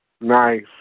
Nice